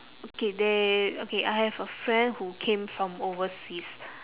okay there okay I have a friend who came from overseas